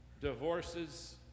divorces